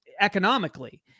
economically